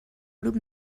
grup